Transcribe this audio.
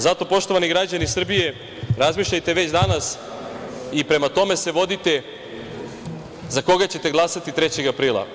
Zato, poštovani građani Srbije, razmišljajte već danas i prema tome se vodite za koga ćete glasati 3. aprila.